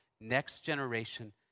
next-generation